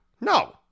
No